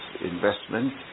investment